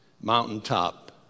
mountaintop